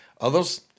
Others